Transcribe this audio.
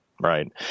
Right